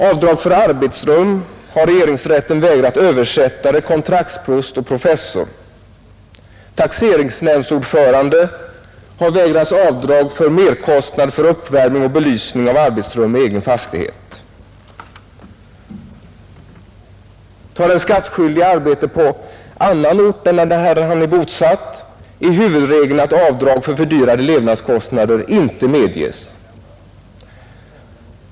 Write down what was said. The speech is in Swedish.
Avdrag för arbetsrum har regeringsrätten vägrat översättare, kontraktsprost och professor. Taxeringsnämndsordförande har vägrats avdrag för merkostnader för uppvärmning och belysning av arbetsrum i egen fastighet. Har den skattskyldige arbete på annan ort än där han är bosatt är huvudregeln att avdrag för fördyrade levnadskostnader inte medges.